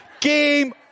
game